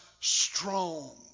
strong